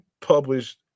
published